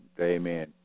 Amen